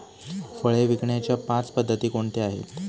फळे विकण्याच्या पाच पद्धती कोणत्या आहेत?